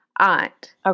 aunt